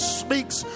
speaks